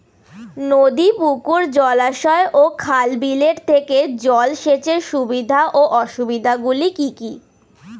নদী পুকুর জলাশয় ও খাল বিলের থেকে জল সেচের সুবিধা ও অসুবিধা গুলি কি কি?